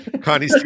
connie